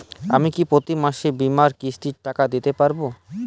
আমি কি প্রতি মাসে বীমার কিস্তির টাকা দিতে পারবো?